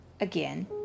again